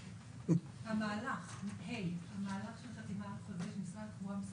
קידום המהלך של חתימה על חוזה של משרד התחבורה ומשרד